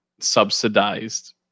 subsidized